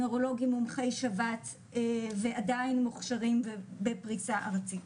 נוירולוגים מומחי שבץ ועדיין מוכשרים בפריסה ארצית.